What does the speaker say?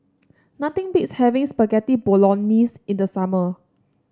nothing beats having Spaghetti Bolognese in the summer